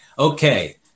Okay